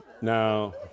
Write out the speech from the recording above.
No